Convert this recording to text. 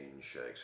shakes